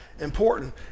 important